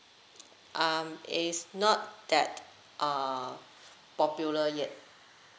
um it's not that uh popular yet